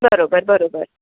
बरोबर बरोबर